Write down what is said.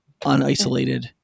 unisolated